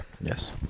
Yes